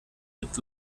mit